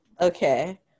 Okay